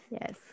yes